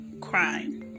crime